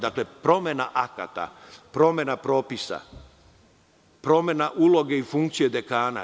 Dakle, promena akata, promena propisa, promena uloge i funkcije dekana.